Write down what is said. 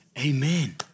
Amen